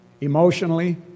emotionally